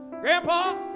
Grandpa